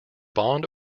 bond